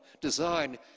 Design